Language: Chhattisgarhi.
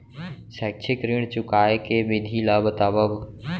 शैक्षिक ऋण चुकाए के विधि ला बतावव